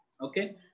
Okay